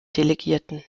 delegierten